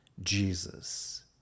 Jesus